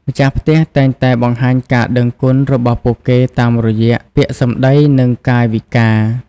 ម្ចាស់ផ្ទះតែងតែបង្ហាញការដឹងគុណរបស់ពួកគេតាមរយៈពាក្យសម្តីនិងកាយវិការ។